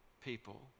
people